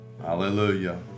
Hallelujah